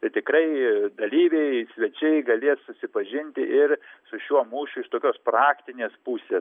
tai tikrai dalyviai svečiai galės susipažinti ir su šiuo mūšiu iš tokios praktinės pusės